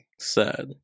Sad